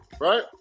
right